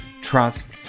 trust